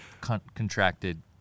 contracted